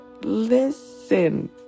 Listen